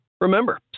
Remember